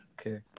okay